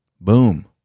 Boom